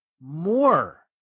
more